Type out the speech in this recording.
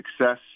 success